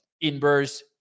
inverse